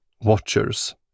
watchers